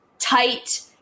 tight